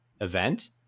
event